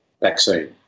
vaccine